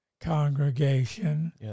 congregation